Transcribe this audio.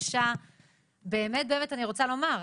מרגישה באמת אני רוצה לומר,